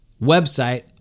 website